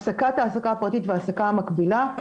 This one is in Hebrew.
הפסקת העסקה הפרטית והעסקה המקבילה,